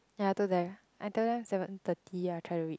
ya I told them I told them seven thirty I try to reach